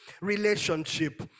relationship